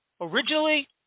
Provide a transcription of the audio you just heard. originally